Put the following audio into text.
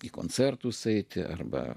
į koncertus eiti arba